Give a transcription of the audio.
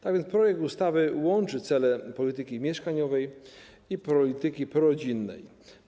Tak więc projekt ustawy łączy cele polityki mieszkaniowej i polityki prorodzinnej.